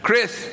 Chris